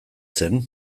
zen